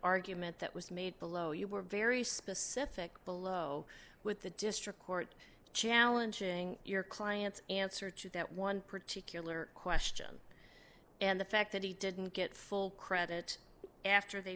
argument that was made below you were very specific below with the district court challenging your client's answer to that one particular question and the fact that he didn't get full credit after they